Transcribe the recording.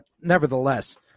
nevertheless